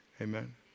Amen